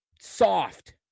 soft